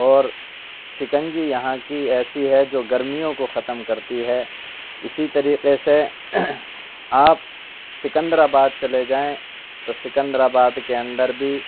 اور شکنجی یہاں کی ایسی ہے جو گرمیوں کو ختم کرتی ہے اسی طریقے سے آپ سکندر آباد چلے جائیں تو سکندر آباد کے اندر بھی